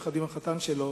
יחד עם החתן שלו,